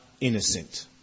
innocent